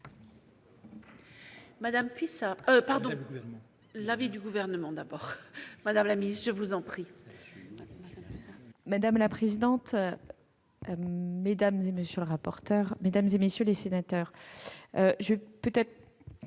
madame la présidente, mesdames, messieurs les sénateurs,